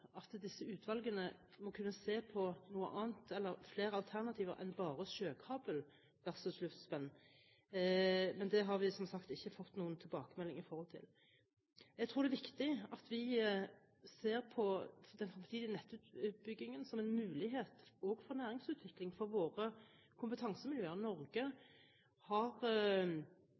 at disse utvalgene må kunne se på flere alternativer enn bare sjøkabel versus luftspenn. Men det har vi som sagt ikke fått noen tilbakemelding på. Jeg tror det er viktig at vi ser på den fremtidige nettutbyggingen som en mulighet også for næringsutvikling for våre kompetansemiljøer. Norge har